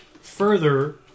further